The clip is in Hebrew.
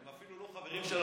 הם אפילו לא חברים של,